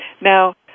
Now